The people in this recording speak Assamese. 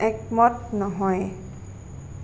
একমত নহয়